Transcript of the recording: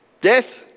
Death